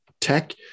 tech